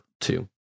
two